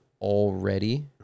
already